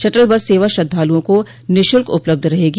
shuttle bus सेवा श्रद्धालुओं को निःशुल्क उपलब्ध रहेगी